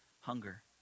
hunger